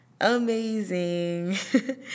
amazing